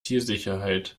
sicherheit